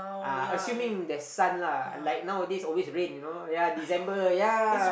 uh assuming there're sun lah like nowadays always rain you know ya December ya